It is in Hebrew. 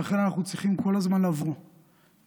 ולכן אנחנו צריכים כל הזמן לבוא ולהזכיר,